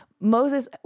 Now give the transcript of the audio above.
Moses